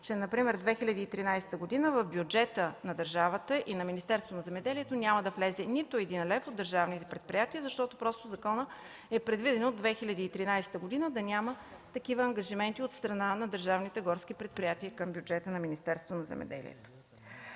внимание, че в бюджета на държавата и на Министерството на земеделието в 2013 г. няма да влезе нито един лев от държавните предприятия, защото просто в закона е предвидено в 2013 г. да няма такива ангажименти от страна на държавните горски предприятия към бюджета на Министерството на земеделието.